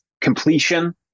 completion